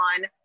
on